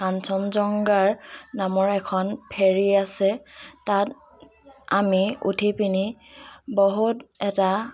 কাঞ্চনজংঘা নামৰ এখন ফেৰী আছে তাত আমি উঠি পিনি বহুত এটা